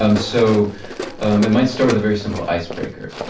um so um it might start with a very simple icebreaker.